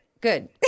good